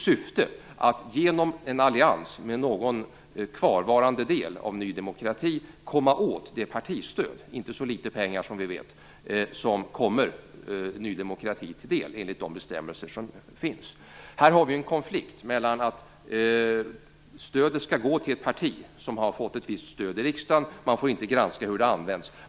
Syftet är att genom en allians med någon kvarvarande del av Ny demokrati komma åt det partistöd - inte så litet pengar, som vi vet - som kommer Här har vi en konflikt. Stödet skall gå till ett parti som har fått ett visst stöd i riksdagen. Man får inte granska hur det används.